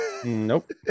nope